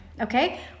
Okay